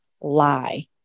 lie